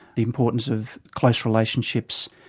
the importance of close relationships,